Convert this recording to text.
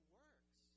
works